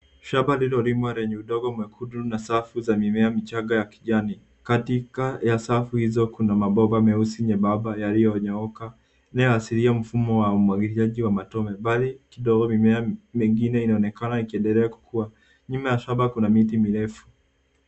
Shamba lililolimwa lenye udongo limekutwa na safu ya mimea ya kijani. Katika ya safu hizo kuna mabomba meusi nyembamba yaliyonyooka inayoashiria mfumo wa umwagiliaji wa matone. Mbali kidogo mimea mingine inaonekana ikiendele kukua. Nyuma ya shamba kuna miti mirefu.